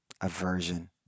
aversion